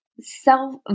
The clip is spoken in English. self